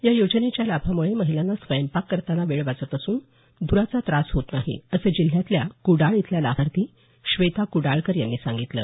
या योजनेच्या लाभामुळे महिलांना स्वयंपाक करताना वेळ वाचत असून धुराचा त्रास होत नाही असं जिल्ह्यातल्या क्डाळ इथल्या लाभार्थी श्वेता क्डाळकर यांनी सांगितलं